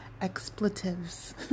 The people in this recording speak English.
Expletives